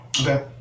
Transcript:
Okay